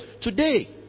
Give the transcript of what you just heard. today